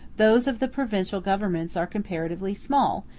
those of the provincial governments are comparatively small,